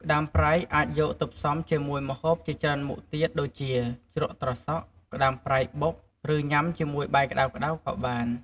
ក្តាមប្រៃអាចយកទៅផ្សំជាមួយម្ហូបជាច្រើនមុខទៀតដូចជា ជ្រក់ត្រសក់ ក្តាមប្រៃបុក ឬញ៉ាំជាមួយបាយក្តៅៗក៏បាន។